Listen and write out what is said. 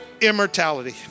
immortality